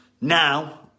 now